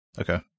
okay